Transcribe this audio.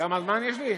כמה זמן יש לי?